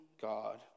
God